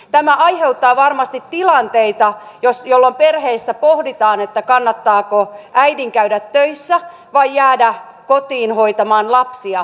tämä aiheuttaa varmasti tilanteita jolloin perheissä pohditaan kannattaako äidin käydä töissä vai jäädä kotiin hoitamaan lapsia